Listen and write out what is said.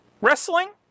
wrestling